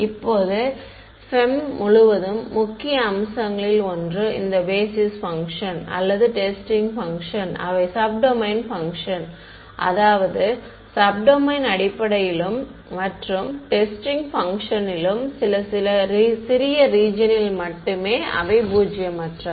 இப்போது FEM முழுவதும் முக்கிய அம்சங்களில் ஒன்று இந்த பேஸிஸ் பங்க்ஷன் அல்லது டெஸ்டிங் பங்க்ஷன் அவை சப் டொமைன் பங்க்ஷன் அதாவது சப் டொமைன் அடிப்படையிலும் மற்றும் டெஸ்டிங் பங்க்ஷன்களிலும் சில சிறிய ரீஜியனில் மட்டுமே அவை பூஜ்ஜியமற்றவை